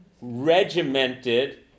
regimented